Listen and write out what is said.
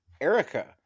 Erica